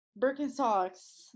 Birkenstocks